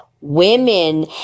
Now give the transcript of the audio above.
women